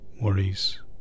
worries